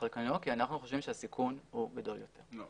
על כנו כי אנחנו חושבים שהסיכון הוא גדול יותר.